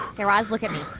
guy raz, look at me.